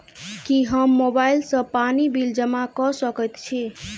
की हम मोबाइल सँ पानि बिल जमा कऽ सकैत छी?